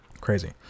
Crazy